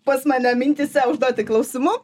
pas mane mintyse užduoti klausimų